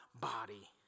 body